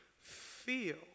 feel